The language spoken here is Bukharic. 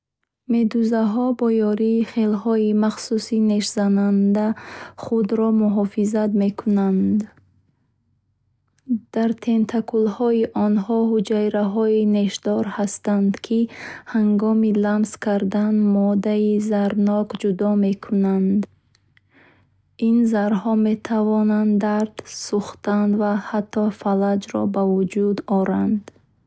Медузаҳо бо ёрии хелҳои махсуси нешзананда худро муҳофизат мекунанд. Дар тентакулаҳои онҳо ҳуҷайраҳои нешдор ҳастанд, ки ҳангоми ламс кардан моддаи заҳрнок ҷудо мекунанд. Ин заҳр метавонад дард, сӯхтан ва ҳатто фалаҷро ба вуҷуд орад. Бо ҳамин роҳ, медузаҳо душманонро тарсонда, худро муҳофизат мекунанд.